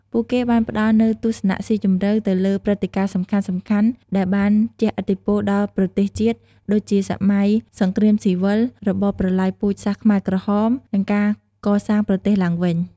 ពួកគេបានផ្តល់នូវ ទស្សនៈស៊ីជម្រៅ ទៅលើព្រឹត្តិការណ៍សំខាន់ៗដែលបានជះឥទ្ធិពលដល់ប្រទេសជាតិ ដូចជាសម័យសង្គ្រាមស៊ីវិល របបប្រល័យពូជសាសន៍ខ្មែរក្រហម និងការកសាងប្រទេសឡើងវិញ។